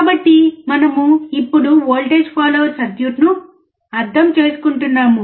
కాబట్టి మనము ఇప్పుడు వోల్టేజ్ ఫాలోయర్ సర్క్యూట్ను అర్థం చేసుకుంటున్నాము